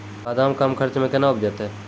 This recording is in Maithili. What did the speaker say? बादाम कम खर्च मे कैना उपजते?